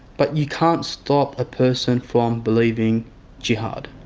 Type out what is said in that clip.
but you can't stop a person from believing jihad.